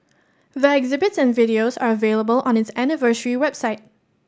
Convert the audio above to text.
the exhibits and videos are available on its anniversary website